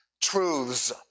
truths